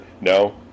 No